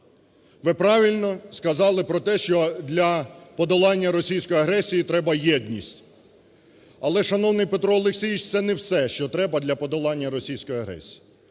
Ви правильно сказали про те, що для подолання російської агресії треба єдність. Але, шановний Петро Олексійовичу, це не все, що треба для подолання російської агресії.